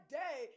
day